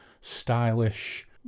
stylish